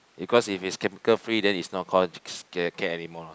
because if is chemical free then is not call skincare anymore lor